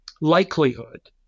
likelihood